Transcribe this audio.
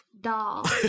doll